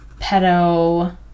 pedo